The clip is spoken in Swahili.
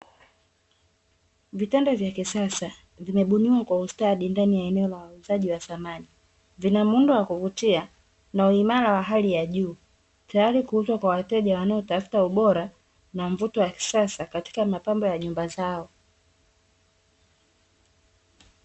Vitanda vya kisasa vimebuniwa kwa ustadi ndani ya eneo la wauzaji wa samani. Vina muundo wa kuvutia na uimara wa hali ya juu, tayari kuuzwa kwa wateja wanao tafuta ubora na mvuto wa kisasa katika mapambo ya nyumba zao.